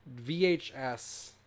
VHS